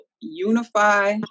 unify